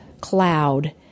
cloud